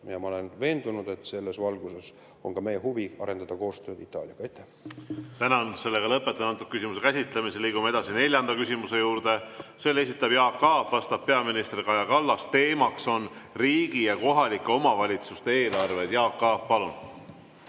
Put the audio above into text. Ja ma olen veendunud, et selles valguses on ka meie huvi arendada koostööd Itaaliaga. Tänan! Lõpetan selle küsimuse käsitlemise. Liigume edasi neljanda küsimuse juurde. Selle esitab Jaak Aab, vastab peaminister Kaja Kallas, teema on riigi ja kohalike omavalitsuste eelarved. Jaak Aab, palun!